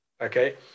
okay